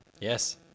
Yes